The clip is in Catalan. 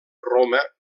roma